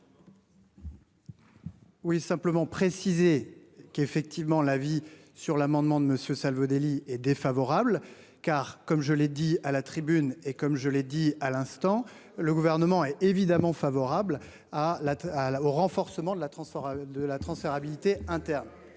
Oui simplement précisé qu'effectivement la vie sur l'amendement de Monsieur Salvodelli est défavorable car comme je l'ai dit à la tribune et comme je l'ai dit à l'instant, le gouvernement est évidemment favorable à la à la au renforcement de la transparence de